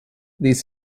these